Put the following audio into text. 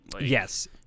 Yes